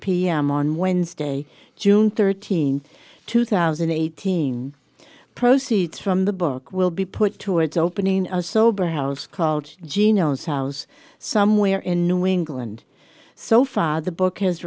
pm on wednesday june thirteenth two thousand and eighteen proceeds from the book will be put towards opening a sober house called geno's house somewhere in new england so far the book has